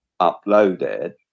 uploaded